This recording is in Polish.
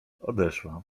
odeszła